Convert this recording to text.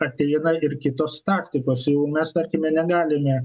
ateina ir kitos taktikos jau mes tarkime negalime